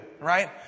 right